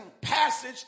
passage